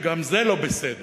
וגם זה לא בסדר